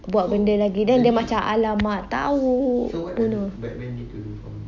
buat benda lagi then dia macam !alamak! [tau] bunuh